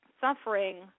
suffering